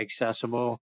accessible